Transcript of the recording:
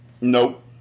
nope